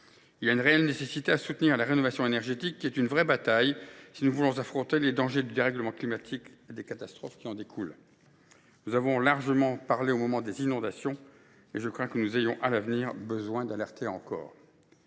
Il est tout à fait nécessaire de soutenir la rénovation énergétique. Il nous faut mener cette bataille si nous voulons affronter les dangers du dérèglement climatique et des catastrophes qui en découlent. Nous en avons largement parlé lors des récentes inondations, et je crains que nous n’ayons, à l’avenir, besoin d’alerter encore